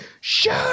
shoot